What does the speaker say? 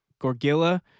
Gorgilla